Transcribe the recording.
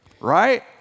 Right